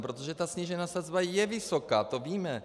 Protože ta snížená sazba je vysoká, to víme.